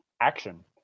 action